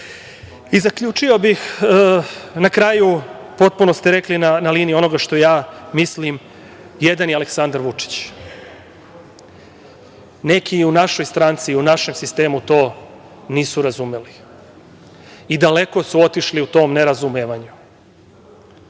Evrope. Zaključio bih na kraju. Potpuno ste rekli na liniji onoga što ja mislim. Jedan je Aleksandar Vučić. Neki u našoj stranci, u našem sistemu to nisu razumeli, i daleko su otišli u tom nerazumevanju.